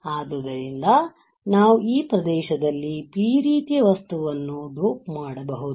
ಆದ್ದರಿಂದ ನಾವು ಈ ಪ್ರದೇಶದಲ್ಲಿ P ರೀತಿಯ ವಸ್ತುವನ್ನು ಡೋಪ್ ಮಾಡಬಹುದು